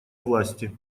власти